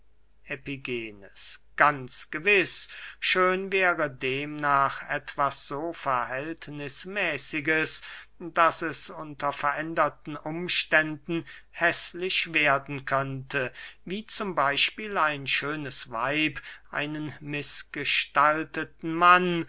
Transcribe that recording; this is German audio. epigenes ganz gewiß schön wäre demnach etwas so verhältnismäßiges daß es unter veränderten umständen häßlich werden könnte wie z b ein schönes weib einen mißgestalteten mann